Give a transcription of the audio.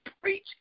preach